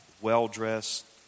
well-dressed